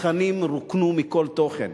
התכנים רוקנו מכל תוכן.